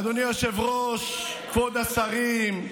אדוני היושב-ראש, כבוד השרים,